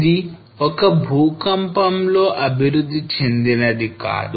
ఇది ఒక్క భూకంపంలో అభివృద్ధి చెందినది కాదు